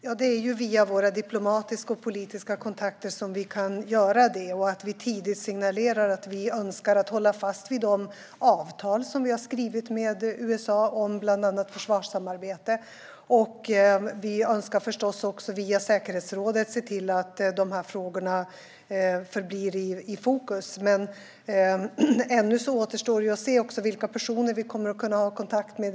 Herr talman! Det är via våra diplomatiska och politiska kontakter vi kan göra detta och genom att tidigt signalera att vi önskar hålla fast vid de avtal vi har skrivit med USA om bland annat försvarssamarbete. Vi önskar förstås också att via säkerhetsrådet se till att dessa frågor förblir i fokus. Ännu återstår det att se vilka personer vi kommer att kunna ha kontakt med.